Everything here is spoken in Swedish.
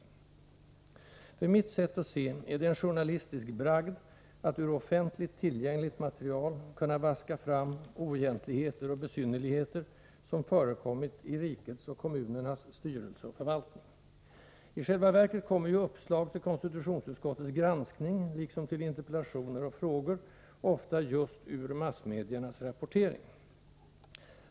Enligt mitt sätt att se är det en journalistisk bragd att ur offentligt tillgängligt material kunna vaska fram oegentligheter och besynnerligheter, som förekommit i rikets och kommunernas styrelse och förvaltning. I själva verket kommer ju uppslag till konstitutionsutskottets granskning, liksom till interpellationer och frågor, ofta just ur massmediernas rapportering.